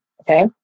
Okay